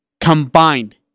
combined